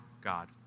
God